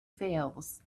veils